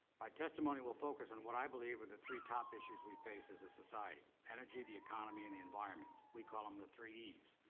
my testimony will focus on what i believe are the three top issues we face as a society, energy, the economy, and the environment. we call them the three es.